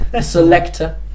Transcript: Selector